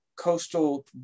coastal